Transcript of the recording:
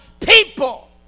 people